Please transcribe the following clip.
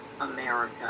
America